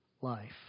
life